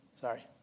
sorry